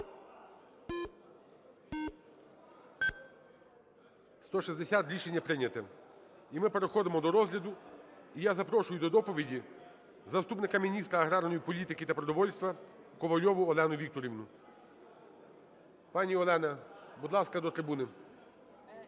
За-160 Рішення прийнято. І ми переходимо до розгляду. І я запрошую до доповіді заступника міністра аграрної політики та продовольства Ковальову Олену Вікторівну. Пані Олена, будь ласка, до трибуни.